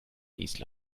island